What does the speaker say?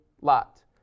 Lot